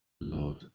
Lord